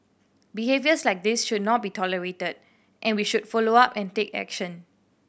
behaviours like this should not be tolerated and we should follow up and take action